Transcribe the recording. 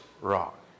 rock